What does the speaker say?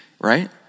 right